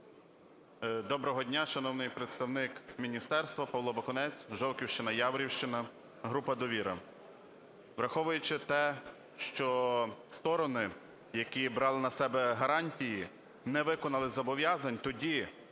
Доброго дня, шановний представник міністерства, Павло Бакунець, Жовківщина, Яворівщина, група "Довіра". Враховуючи те, що сторони, які брали на себе гарантії не виконали зобов'язань тоді,